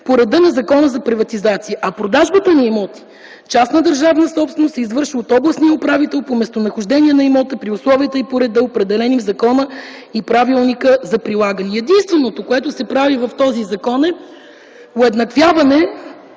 по реда на Закона за приватизация. Продажбата на имоти - частна държавна собственост, се извършва от областния управител по местонахождение на имота при условията и по реда, определени в закона и правилника за прилагането му. Единствено, което се прави в този закон, е уеднаквяване